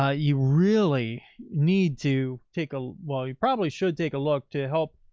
ah you really need to take a while. you probably should take a look to help,